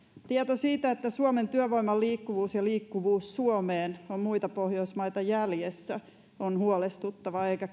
tieto siitä että suomen työvoiman liikkuvuus ja liikkuvuus suomeen on muita pohjoismaita jäljessä on huolestuttava eikä